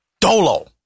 dolo